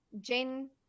Jane